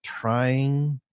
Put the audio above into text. trying